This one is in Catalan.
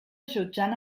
jutjant